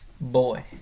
Boy